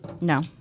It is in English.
No